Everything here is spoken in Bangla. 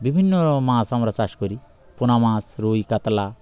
বিভিন্ন মাছ আমরা চাষ করি পোনা মাছ রুই কাতলা